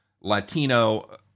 Latino